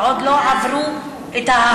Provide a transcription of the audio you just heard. ועוד לא עברו את,